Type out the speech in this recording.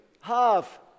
half